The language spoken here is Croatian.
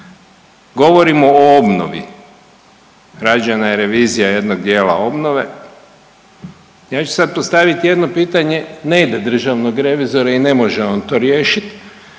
Govorimo o obnovi, rađena je revizija jednog dijela obnove i ja ću sad postaviti jedno pitanje, ne ide državnog revizora i ne može on to riješiti,